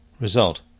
result